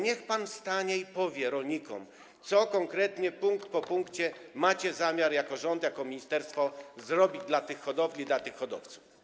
Niech pan wstanie i powie rolnikom, co konkretnie, punkt po punkcie, macie zamiar jako rząd, jako ministerstwo zrobić dla tych hodowli, dla tych hodowców.